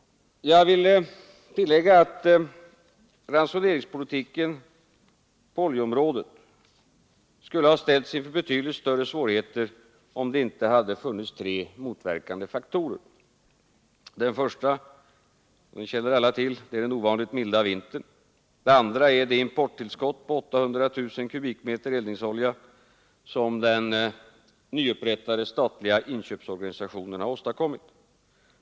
Jag vill tillägga att försörjningspolitiken på oljeområdet skulle ha ställts inför betydligt större svårigheter om det inte hade funnits tre motverkande faktorer. Den första känner alla till. Det är den ovanligt milda vintern. Den andra är det importtillskott på 800 000 m? eldningsolja som den nyupprättade statliga inköpsorganisationen har åstadkommit.